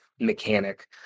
mechanic